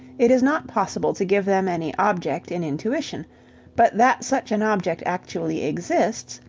it is not possible to give them any object in intuition but that such an object actually exists,